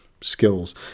skills